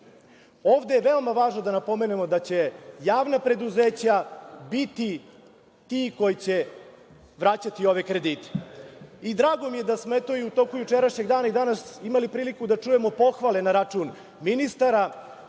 je veoma važno da napomenemo da će javna preduzeća biti ti koji će vraćati ove kredite. Drago mi je da smo i u toku jučerašnjeg dana a i danas imali prilike da čujemo pohvale na račun ministara,